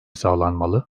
sağlanmalı